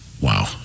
Wow